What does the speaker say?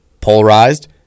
Polarized